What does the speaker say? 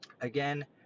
Again